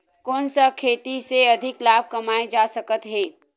कोन सा खेती से अधिक लाभ कमाय जा सकत हे?